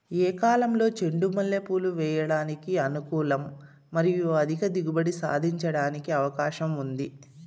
ఏ కాలంలో చెండు మల్లె పూలు వేయడానికి అనుకూలం మరియు అధిక దిగుబడి సాధించడానికి అవకాశం ఉంది?